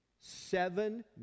Seven